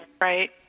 Right